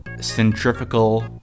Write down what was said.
centrifugal